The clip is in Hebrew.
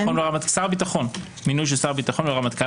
שר הביטחון - מינוי של שר הביטחון והרמטכ"ל